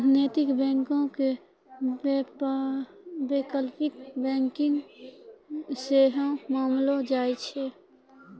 नैतिक बैंको के वैकल्पिक बैंकिंग सेहो मानलो जाय छै